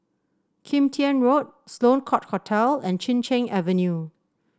Kim Tian Road Sloane Court Hotel and Chin Cheng Avenue